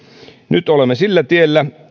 nyt olemme sillä tiellä